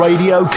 Radio